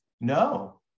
No